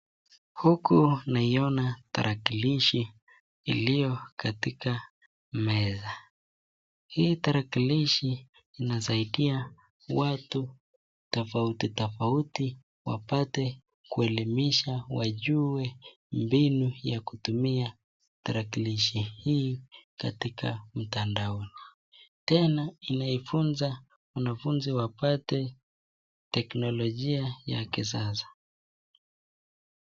Huku naiona tarakilishi iliyo katika meza, hii tarakilishi inasaidia watu tofauti tofauti wapate kuelimisha wajue mbinu ya kutumia tarakilishi hii katika mtandaoni. Tena inaifunza wanafunzi wapate teknolojia ya kisasa.